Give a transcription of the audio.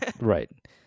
Right